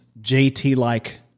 JT-like